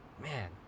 Man